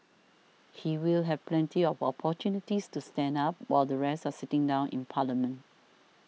he will have plenty of opportunities to stand up while the rest are sitting down in parliament